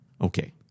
Okay